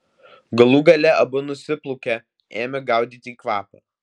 galų gale abu nusiplūkę ėmė gaudyti kvapą